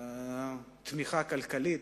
תמיכה כלכלית,